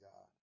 God